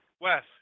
Wes